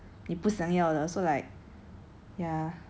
拿多一个免费的东西是 like 不好的事还是